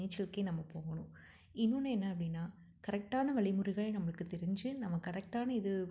நீச்சலுக்கே நம்ம போகணும் இன்னொன்று என்ன அப்படின்னா கரெக்டான வழிமுறைகள் நம்மளுக்குத் தெரிஞ்சு நம்ம கரெக்டான இது